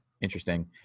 Interesting